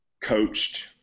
coached